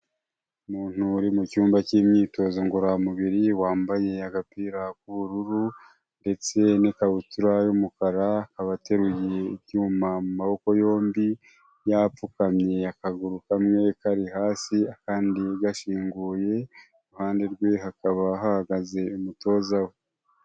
Umuntu uri mu cyumba k'imyitozo ngororamubiri wambaye agapira k'ubururu, ndetse n'ikabutura y'umukara, akaba ateruye ibyuma amaboko yombi yapfukamye akaguru kamwe kari hasi, akandi gashinguye iruhande rwe hakaba hahagaze umutoza we.